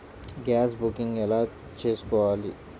Gas booking ఎలా చేసుకోవాలి?